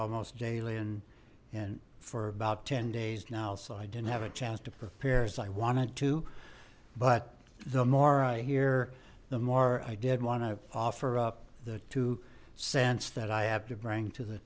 almost daily and for about ten days now so i didn't have a chance to prepare as i wanted to but the more i hear the more i did want to offer up the two cents that i have to bring to the